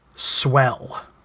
Swell